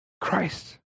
Christ